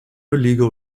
legal